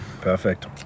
Perfect